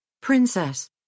Princess